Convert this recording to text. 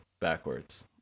backwards